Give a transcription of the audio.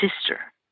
sister